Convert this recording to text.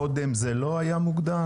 קודם זה לא היה מוגדר?